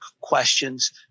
questions